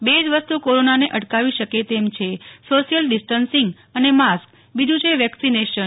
બે જ વસ્તુ કોરોનાને અટકાવી શકે તેમ છે સોશ્યલ ડીસ્ટનશીગ અને માસ્ક બીજુ છે વેકસીનેશન